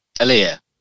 Alia